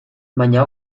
baina